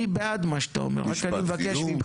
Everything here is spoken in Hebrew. אני בעד מה שאתה אומר, רק אני מבקש ממך